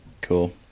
Cool